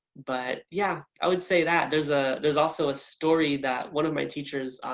but yeah i would say that. there's ah there's also a story that one of my teachers.